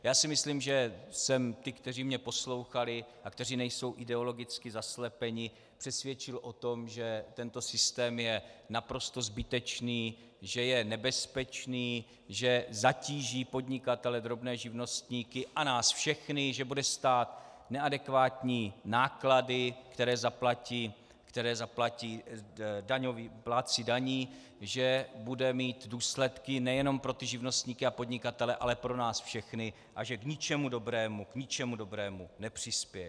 Já si myslím, že jsem ty, kteří mě poslouchali a kteří nejsou ideologicky zaslepeni, přesvědčil o tom, že tento systém je naprosto zbytečný, že je nebezpečný, že zatíží podnikatele a drobné živnostníky a nás všechny, že bude stát neadekvátní náklady, které zaplatí plátci daní, že bude mít důsledky nejenom pro živnostníky a podnikatele, ale pro nás všechny a že k ničemu dobrému nepřispěje.